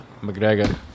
McGregor